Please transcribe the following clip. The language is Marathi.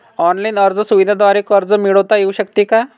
ऑनलाईन अर्ज सुविधांद्वारे कर्ज मिळविता येऊ शकते का?